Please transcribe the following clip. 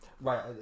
Right